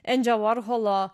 endžio vorholo